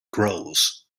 grows